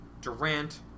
Durant